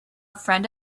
friend